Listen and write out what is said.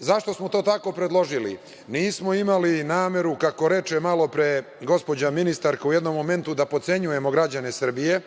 Zašto smo to tako predložili? Nismo imali nameru, kako reče malopre gospođa ministarka u jednom momentu, da potcenjujemo građane Srbije,